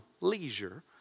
leisure